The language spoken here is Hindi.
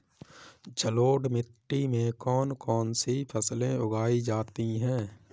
जलोढ़ मिट्टी में कौन कौन सी फसलें उगाई जाती हैं?